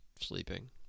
sleeping